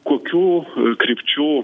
kokių krypčių